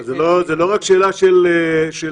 אבל זאת לא רק שאלה של טריטוריות,